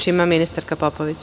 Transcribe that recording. Reč ima ministarka Popović.